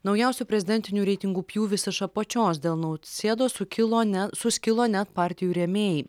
naujausių prezidentinių reitingų pjūvis iš apačios dėl nausėdos sukilo ne suskilo net partijų rėmėjai